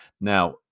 Now